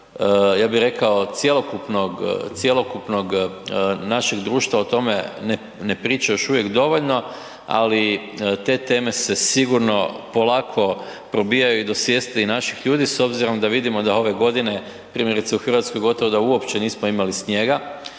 cjelokupnog, cjelokupnog našeg društva o tome ne priča još uvijek dovoljno, ali te teme se sigurno polako probijaju i do svijesti naših ljudi s obzirom da vidimo da ove godine, primjerice u RH gotovo da uopće nismo imali snijega,